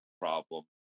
problem